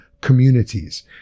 communities